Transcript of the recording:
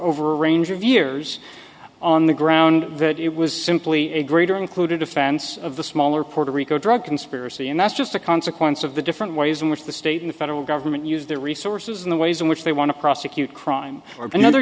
over a range of years on the ground that it was simply a greater included offense of the smaller puerto rico drug conspiracy and that's just a consequence of the different ways in which the state and federal government use their resources in the ways in which they want to prosecute crime or another